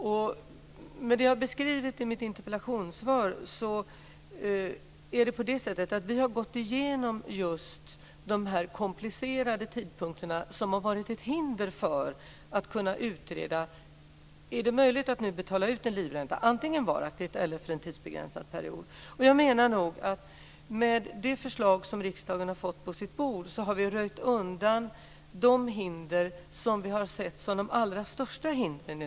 Som jag har beskrivit i mitt interpellationssvar har vi gått igenom just de komplicerade tidpunkter som har varit ett hinder för att kunna utreda om det är möjligt att betala ut en livränta, antingen varaktigt eller för en tidsbegränsad period. Med det förslag som riksdagen har på sitt bord har vi röjt undan de hinder som vi i dag ser som de största.